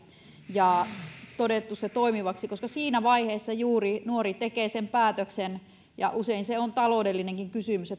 ja todettu se toimivaksi koska siinä vaiheessa juuri nuori tekee sen päätöksen ja usein se on taloudellinenkin kysymys